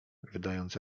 wydając